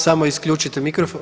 Samo isključite mikrofon.